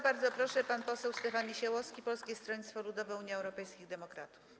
Bardzo proszę, pan poseł Stefan Niesiołowski, Polskie Stronnictwo Ludowe - Unia Europejskich Demokratów.